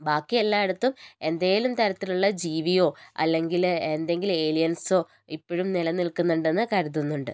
ബാക്കി എല്ലായിടത്തും എന്തേലും തരത്തിലുള്ള ജീവിയോ അല്ലെങ്കിൽ എന്തെങ്കിലും ഏലിയൻസോ ഇപ്പോഴും നിലനിൽക്കുന്നുണ്ടെന്ന് കരുതുന്നുണ്ട്